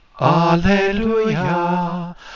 Alleluia